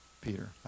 Peter